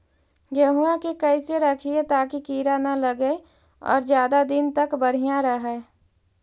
गेहुआ के कैसे रखिये ताकी कीड़ा न लगै और ज्यादा दिन तक बढ़िया रहै?